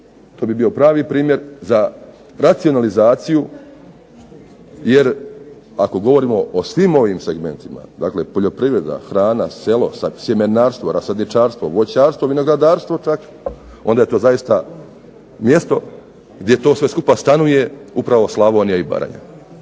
to bi bio pravi primjer za racionalizaciju, jer ako govorimo o svim ovim segmentima, dakle poljoprivreda, hrana, selo, za sjemenarstvo, rasadničarstvo, voćarstvo, vinogradarstvo čak, onda je to zaista mjesto gdje to sve skupa stanuje upravo Slavonija i Baranja.